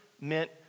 meant